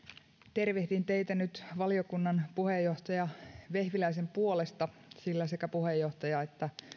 tervehdin teitä nyt valiokunnan puheenjohtaja vehviläisen puolesta sillä sekä puheenjohtaja että